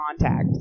contact